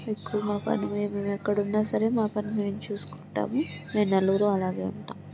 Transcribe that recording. ఎక్కువగా పని మేము మేము ఎక్కడున్నా సరే మా పని మేము చూసుకుంటాము మేము నాలుగురుం అలాగే ఉంటాం